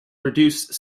reduce